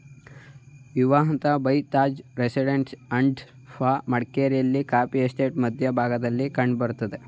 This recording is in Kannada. Vivanta by Taj resort and spa ಮಡಿಕೇರಿಯಲ್ಲಿದ್ದು ಕಾಫೀ ಎಸ್ಟೇಟ್ನ ಮಧ್ಯ ಭಾಗದಲ್ಲಿ ಕಂಡ್ ಬರ್ತದೆ